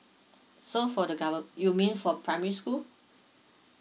so for the gover~ you mean for primary school